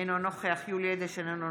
אינו נוכח יולי יואל אדלשטיין,